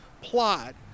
plot